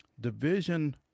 Division